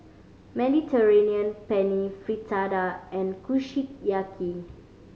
Mediterranean Penne Fritada and Kushiyaki